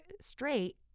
straight